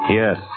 yes